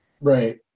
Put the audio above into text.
Right